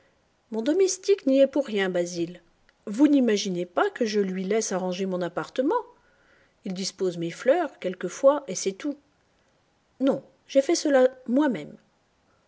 mon domestique n'y est pour rien basil vous n'imaginez pas que je lui laisse arranger mon appartement dispose mes fleurs quelquefois et c'est tout non j'ai fait cela moi-même